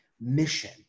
mission